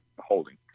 holding